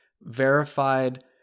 verified